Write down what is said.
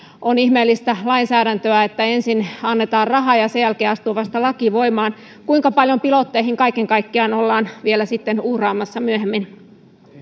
on ihmeellistä lainsäädäntöä että ensin annetaan rahaa ja vasta sen jälkeen astuu laki voimaan kuinka paljon pilotteihin kaiken kaikkiaan ollaan vielä sitten uhraamassa myöhemmin